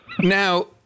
Now